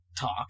talk